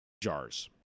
jars